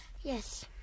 yes